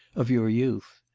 of your youth.